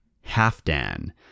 Halfdan